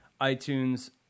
iTunes